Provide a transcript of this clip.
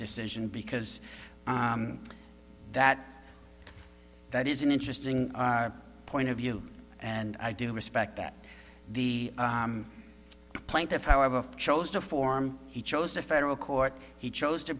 decision because that that is an interesting point of view and i do respect that the plaintiff however chose to form he chose the federal court he chose to